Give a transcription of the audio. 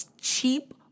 cheap